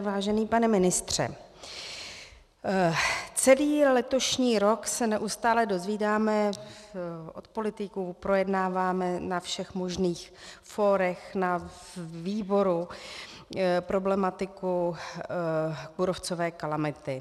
Vážený pane ministře, celý letošní rok se neustále dozvídáme od politiků, projednáváme na všech možných fórech, na výboru, problematiku kůrovcové kalamity.